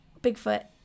Bigfoot